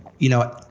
you know,